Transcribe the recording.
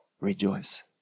rejoice